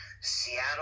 Seattle